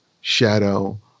shadow